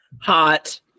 Hot